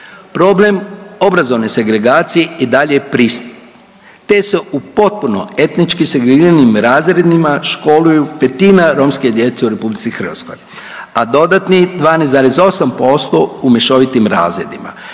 problem obrazovne segregacije i dalje je .../Govornik se ne razumije./... te se u potpuno etnički segregiranim razredima školuju petina romske djece u RH, a dodatnih 12,8% u mješovitim razredima